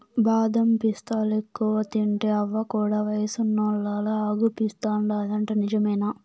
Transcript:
బాదం పిస్తాలెక్కువ తింటే అవ్వ కూడా వయసున్నోల్లలా అగుపిస్తాదంట నిజమేనా